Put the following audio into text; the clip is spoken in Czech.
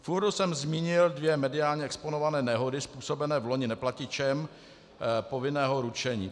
V úvodu jsem zmínil dvě mediálně exponované nehody způsobené vloni neplatičem povinného ručení.